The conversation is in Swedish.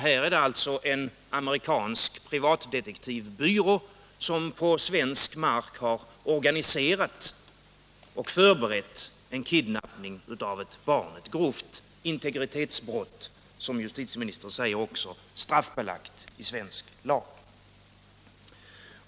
Här är det i stället en amerikansk privat detektivbyrå som på svensk mark har organiserat och förberett en kidnappning av ett barn, ett grovt integritetsbrott vilket, som justitieministern också säger, är straffbelagt i svensk lag.